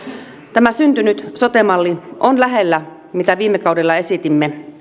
tämä syntynyt sote malli on lähellä mallia mitä viime kaudella esitimme